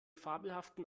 fabelhaften